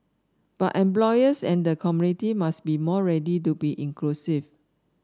but employers and the community must be more ready to be inclusive